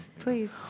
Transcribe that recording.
Please